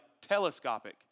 telescopic